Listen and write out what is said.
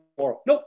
nope